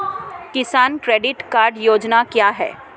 किसान credit card योजना क्या है?